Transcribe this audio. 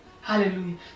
Hallelujah